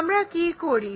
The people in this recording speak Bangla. আমরা কি করি